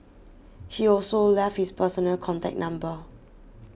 he also left his personal contact number